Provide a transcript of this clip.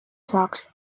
saaks